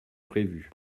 prévu